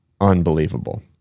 unbelievable